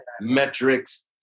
metrics